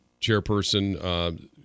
chairperson